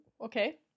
okay